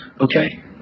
Okay